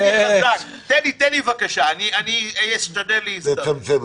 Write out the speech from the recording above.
תן לי בבקשה, אני אשתדל להזדרז.